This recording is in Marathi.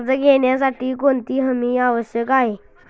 कर्ज घेण्यासाठी कोणती हमी आवश्यक आहे?